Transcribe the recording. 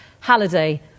Halliday